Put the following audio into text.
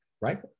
right